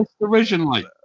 Originally